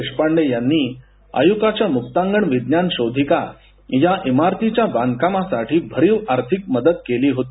देशपांडे यांनी आयुकाच्या मुक्तांगण विज्ञान शोधिका या इमारतीच्या बांधकामासाठी भरीव आर्थिक मदत केली होती